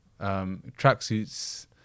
Tracksuits